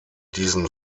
diesen